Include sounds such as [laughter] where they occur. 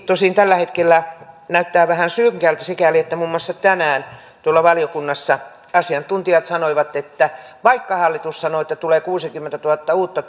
tosin tällä hetkellä näyttää vähän synkältä sikäli että muun muassa tänään tuolla valiokunnassa asiantuntijat sanoivat että vaikka hallitus sanoo että tulee kuusikymmentätuhatta uutta [unintelligible]